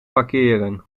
parkeren